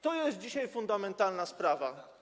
To jest dzisiaj fundamentalna sprawa.